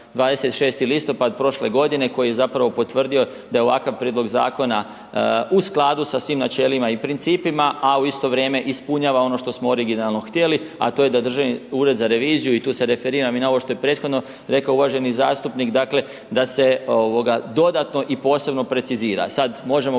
26. listopad prošle godine koji je zapravo potvrdio da je ovakav prijedlog zakona u skladu sa svim načelima i principima a u isto vrijeme ispunjava ono što smo originalno htjeli a to je da Državni ured za reviziju i tu se referiram i na ovo što je prethodno rekao uvaženi zastupnik, dakle da se dodatno i posebno precizira. Sad možemo govoriti